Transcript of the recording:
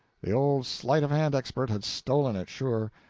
the old sleight-of-hand expert had stolen it, sure,